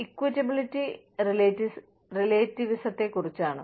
equitability റെലറ്റിവിസത്തെക്കുറിച്ചാണ്